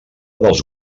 dels